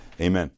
Amen